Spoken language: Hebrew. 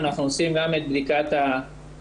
אנחנו עושים גם את בדיקת הפאפ,